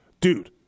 Dude